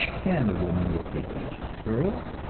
and the woman will take each of the girls,